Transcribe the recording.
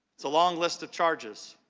is a long list of charges,